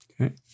Okay